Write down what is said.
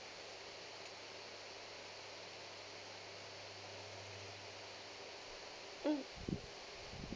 mm